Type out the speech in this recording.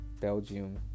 Belgium